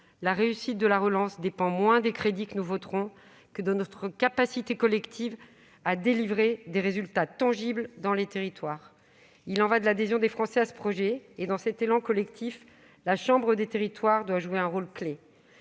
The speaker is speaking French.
la réussite de la relance dépend moins des crédits que nous voterons que de notre capacité collective à obtenir des résultats tangibles dans les territoires. Il y va de l'adhésion des Français à ce projet. Dans cet élan collectif, la chambre des territoires doit jouer un rôle clé.